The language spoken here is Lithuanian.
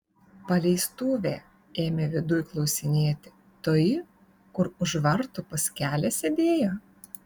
paleistuvė ėmė viduj klausinėti toji kur už vartų pas kelią sėdėjo